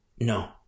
No